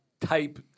type